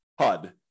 HUD